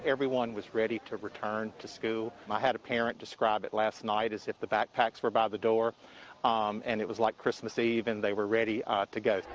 everyone is ready to return to school. i had a parent describe it last night as if the backpacks were by the door and it was like christmas eve and they were ready ah to go.